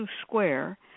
Square